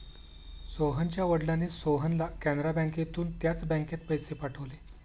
सोहनच्या वडिलांनी सोहनला कॅनरा बँकेतून त्याच बँकेत पैसे पाठवले